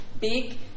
big